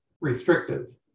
restrictive